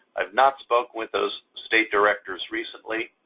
i've not spoken with those state directors recently.